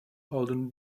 alden